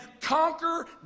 conquer